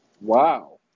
Wow